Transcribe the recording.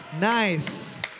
Nice